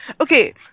Okay